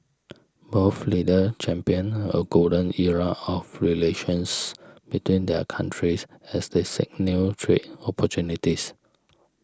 both leaders championed a golden era of relations between their countries as they seek new trade opportunities